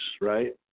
Right